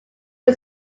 but